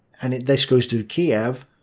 and this goes through kiev.